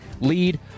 lead